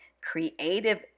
creative